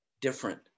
different